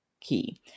key